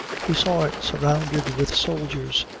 he saw it surrounded with soldiers,